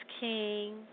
King